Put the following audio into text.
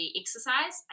exercise